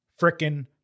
Frickin